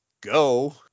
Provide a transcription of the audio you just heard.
go